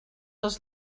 els